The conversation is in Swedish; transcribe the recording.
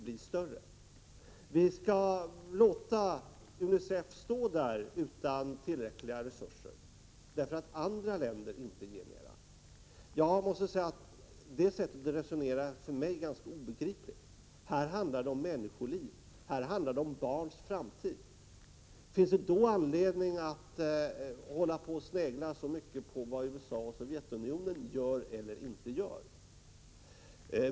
Vi skall alltså låta UNICEF stå där utan tillräckliga resurser på grund av att andra länder inte ger mera. Det sättet att resonera är för mig ganska obegripligt. Här handlar det om människoliv, här handlar det om barns framtid. Finns det då anledning att snegla så mycket på vad USA och Sovjetunionen gör eller inte gör.